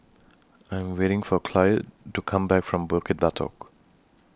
I Am waiting For Cloyd to Come Back from Bukit Batok